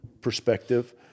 perspective